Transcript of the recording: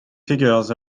figures